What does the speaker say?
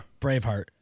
Braveheart